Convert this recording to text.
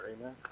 amen